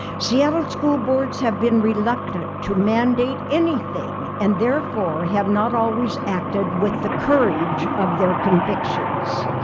seattle school boards have been reluctant to mandate anything and therefore have not always acted with the courage of their convictions.